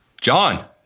John